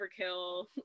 overkill